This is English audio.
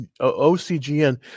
OCGN